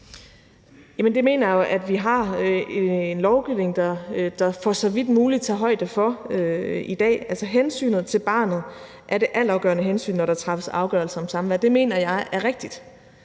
Det mener jeg vi har en lovgivning der så vidt muligt tager højde for i dag. Altså, hensynet til barnet er det altafgørende hensyn, når der træffes afgørelser om samvær. Det mener jeg er rigtigt.